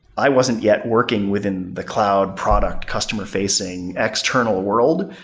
i wasn't yet working within the cloud product customer facing external world.